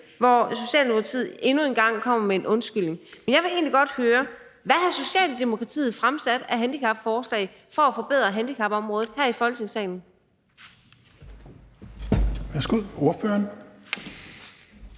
hvor Socialdemokratiet endnu en gang kommer med en undskyldning. Men jeg vil egentlig godt høre: Hvad har Socialdemokratiet her i Folketingssalen fremsat af forslag for at forbedre handicapområdet? Kl. 20:46 Tredje næstformand